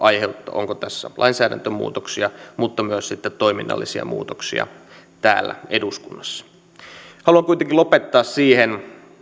onko tässä tehtävä lainsäädäntömuutoksia mutta myös sitten toiminnallisia muutoksia täällä eduskunnassa haluan kuitenkin lopettaa siihen